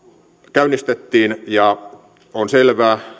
käynnistettiin ja on selvää